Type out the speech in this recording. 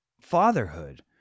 fatherhood